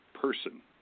person